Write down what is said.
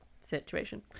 situation